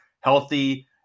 Healthy